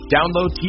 Download